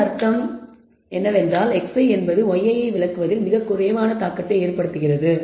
இதன் உட்பொருள் xi என்பது yi ஐ விளக்குவதில் மிகக் குறைவான தாக்கத்தை ஏற்படுத்துகிறது